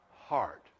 heart